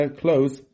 close